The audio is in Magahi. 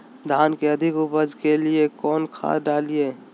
धान के अधिक उपज के लिए कौन खाद डालिय?